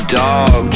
dog